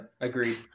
agreed